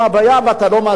ואתה לא מעצים אותה.